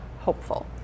hopeful